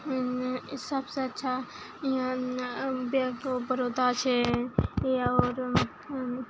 सबसे अच्छा bank of Baroda छै आओर